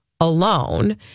alone